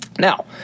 Now